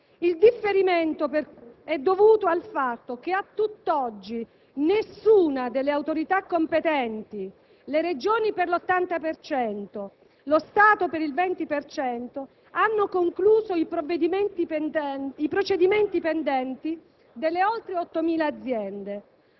Il differimento è dovuto al fatto che, a tutt'oggi, nessuna delle autorità competenti (le Regioni per l'80 per cento, lo Stato per il 20 per cento) ha concluso i procedimenti pendenti delle oltre 8.000 aziende,